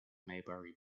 maybury